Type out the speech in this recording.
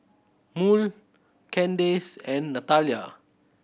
Murl Candace and Natalya